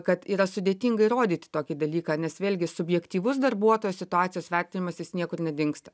kad yra sudėtinga įrodyti tokį dalyką nes vėlgi subjektyvus darbuotojo situacijos vertinimas jis niekur nedingsta